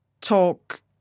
talk